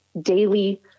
daily